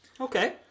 Okay